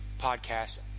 podcast